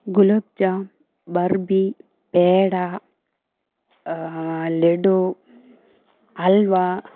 gulab jam barfi peda laddu halwa